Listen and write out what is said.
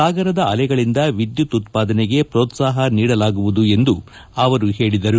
ಸಾಗರದ ಅಲೆಗಳಿಂದ ವಿದ್ಯುತ್ ಉತ್ಪಾದನೆಗೆ ಪೋತ್ಸಾಹ ನೀಡಲಾಗುವುದು ಎಂದು ಅವರು ಹೇಳಿದರು